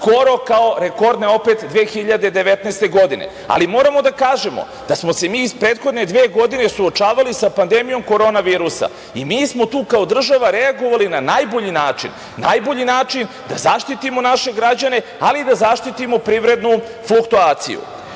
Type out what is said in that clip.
skoro kao rekordne opet 2019. godine. Ali, moramo da kažemo da smo se mi iz prethodne dve godine suočavali sa pandemijom Korona virusa i mi smo tu kao država reagovali na najbolji način da zaštitimo naše građane ali i da zaštitimo privrednu fluktuaciju. Ono